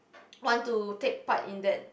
want to take part in that